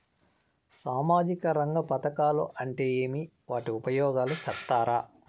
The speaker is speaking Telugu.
సామాజిక రంగ పథకాలు అంటే ఏమి? వాటి ఉపయోగాలు సెప్తారా?